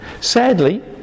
sadly